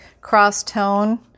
cross-tone